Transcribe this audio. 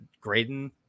Graydon